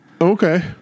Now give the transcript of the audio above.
Okay